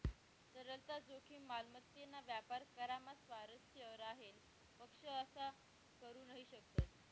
तरलता जोखीम, मालमत्तेना व्यापार करामा स्वारस्य राहेल पक्ष असा करू नही शकतस